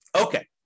Okay